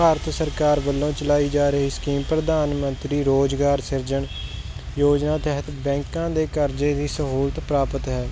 ਭਾਰਤ ਸਰਕਾਰ ਵੱਲੋਂ ਚਲਾਈ ਜਾ ਰਹੀ ਸਕੀਮ ਪ੍ਰਧਾਨ ਮੰਤਰੀ ਰੁਜ਼ਗਾਰ ਸਿਰਜਣ ਯੋਜਨਾ ਤਹਿਤ ਬੈਂਕਾਂ ਦੇ ਕਰਜ਼ੇ ਦੀ ਸਹੂਲਤ ਪ੍ਰਾਪਤ ਹੈ